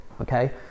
Okay